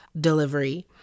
delivery